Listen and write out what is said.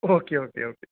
okay okay okay